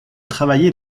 travailler